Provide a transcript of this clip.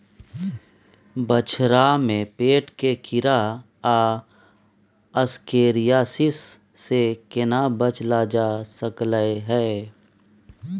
बछरा में पेट के कीरा आ एस्केरियासिस से केना बच ल जा सकलय है?